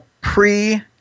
pre-